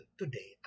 today